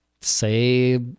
say